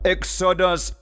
Exodus